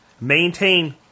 maintain